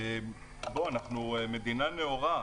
אנחנו מדינה נאורה,